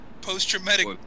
Post-traumatic